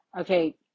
okay